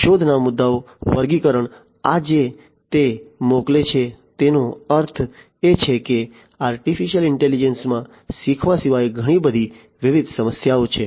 શોધના મુદ્દાઓ વર્ગીકરણ આ જે તે મોકલે છે તેનો અર્થ એ છે કે AI માં શીખવા સિવાય ઘણી બધી વિવિધ સમસ્યાઓ છે